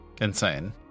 insane